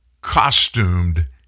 costumed